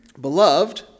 beloved